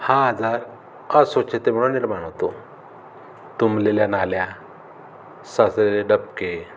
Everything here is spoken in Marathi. हा आजार अस्वच्छतेमुळं निर्माण होतो तुंबलेल्या नाल्या साचलेले डबके